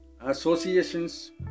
associations